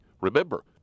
remember